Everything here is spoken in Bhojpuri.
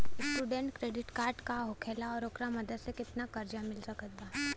स्टूडेंट क्रेडिट कार्ड का होखेला और ओकरा मदद से केतना कर्जा मिल सकत बा?